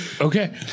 Okay